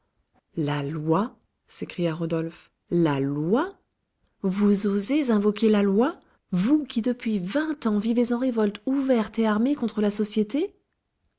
la loi s'écria rodolphe la loi vous osez invoquer la loi vous qui depuis vingt ans vivez en révolte ouverte et armée contre la société